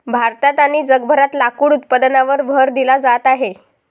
भारतात आणि जगभरात लाकूड उत्पादनावर भर दिला जात आहे